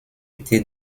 été